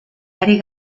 ari